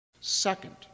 Second